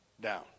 down